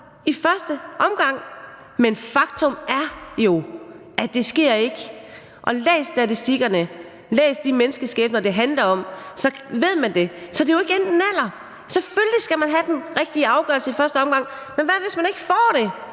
i første omgang. Men faktum er jo, at det ikke sker. Læs statistikkerne, læs om de menneskeskæbner, det handler om, så ved man det. Så det er jo ikke enten-eller. Selvfølgelig skal man have den rigtige afgørelse i første omgang, men hvad hvis man ikke får det?